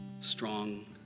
strong